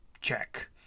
check